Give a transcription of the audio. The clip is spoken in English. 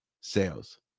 sales